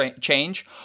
change